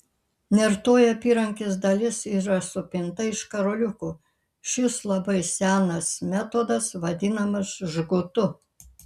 nertoji apyrankės dalis yra supinta iš karoliukų šis labai senas metodas vadinamas žgutu